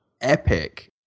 epic